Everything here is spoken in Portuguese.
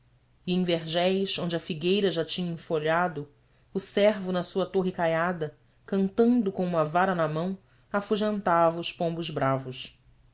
onde a figueira já tinha enfolhado o servo na sua torre caiada cantando com uma vara na mão afugentava os pombos bravos